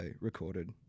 recorded